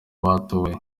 batoye